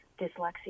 dyslexia